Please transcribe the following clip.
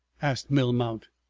asked melmount.